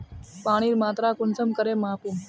पानीर मात्रा कुंसम करे मापुम?